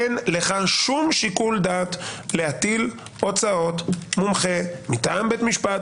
אין לך שום שיקול דעת להטיל הוצאות מומחה מטעם בית משפט